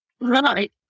Right